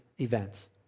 events